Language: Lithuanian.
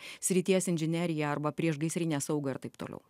srities inžineriją arba priešgaisrinę saugą ir taip toliau